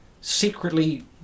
secretly